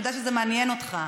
אני יודעת שזה מעניין אותך.